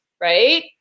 right